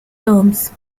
terms